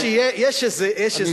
יש איזה מינימום,